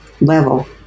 level